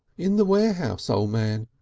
in the warehouse, o' man.